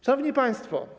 Szanowni Państwo!